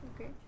Okay